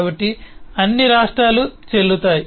కాబట్టి అన్ని రాష్ట్రాలు చెల్లుతాయి